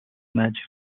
magic